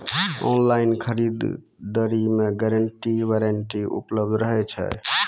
Online खरीद दरी मे गारंटी वारंटी उपलब्ध रहे छै?